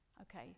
Okay